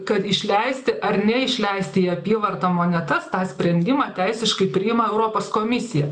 kad išleisti ar neišleisti į apyvartą monetas tą sprendimą teisiškai priima europos komisija